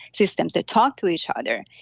systems that talk to each ah other.